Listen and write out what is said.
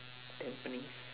tampines